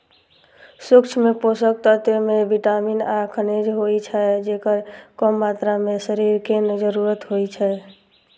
सूक्ष्म पोषक तत्व मे विटामिन आ खनिज होइ छै, जेकर कम मात्रा मे शरीर कें जरूरत होइ छै